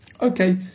Okay